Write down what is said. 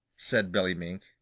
said billy mink.